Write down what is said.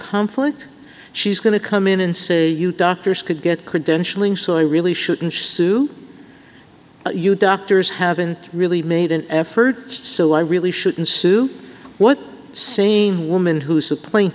conflict she's going to come in and say you doctors could get credentialing so i really shouldn't sue you doctors haven't really made an effort so i really shouldn't sue what sane woman who's a pla